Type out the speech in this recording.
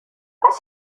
has